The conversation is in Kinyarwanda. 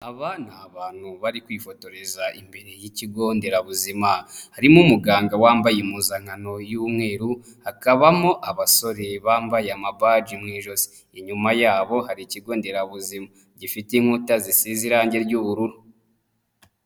Aba ni abantu bari kwifotoreza imbere y'ikigo nderabuzima, harimo umuganga wambaye impuzankano y'umweru hakabamo abasore bambaye amabaji mu ijosi, inyuma yabo hari ikigo nderabuzima gifite inkuta zisize irangi ry'ubururu.